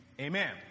Amen